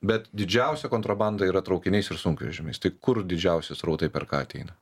bet didžiausia kontrabanda yra traukiniais ir sunkvežimiais tai kur didžiausi srautai per ką ateina